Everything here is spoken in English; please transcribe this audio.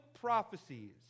prophecies